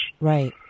right